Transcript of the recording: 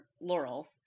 laurel